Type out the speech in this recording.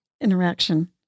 interaction